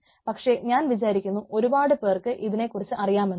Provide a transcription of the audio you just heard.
പക്ഷേ ഞാൻ വിചാരിക്കുന്നു ഒരുപാടു പേർക്ക് ഇതിനെ കുറിച്ച് അറിയാമെന്ന്